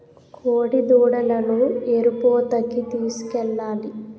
కోడిదూడలను ఎరుపూతకి తీసుకెళ్లాలి